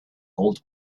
old